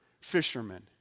fishermen